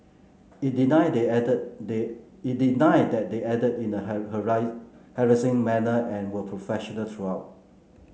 it denied they acted it denied that they acted in a harassing manner and were professional throughout